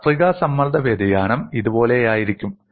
കത്രിക സമ്മർദ്ദ വ്യതിയാനം ഇതുപോലെയായിരിക്കും